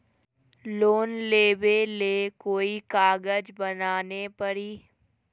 Loan लेबे ले कोई कागज बनाने परी?